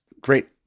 great